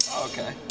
Okay